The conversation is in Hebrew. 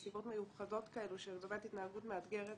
נסיבות מיוחדות כאלו של התנהגות מאתגרת